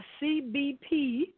CBP